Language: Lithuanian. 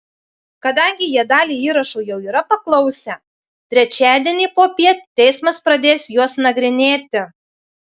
kadangi jie dalį įrašų jau yra paklausę trečiadienį popiet teismas pradės juos nagrinėti